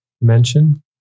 mention